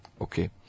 Okay